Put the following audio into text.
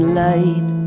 light